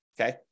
Okay